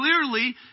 clearly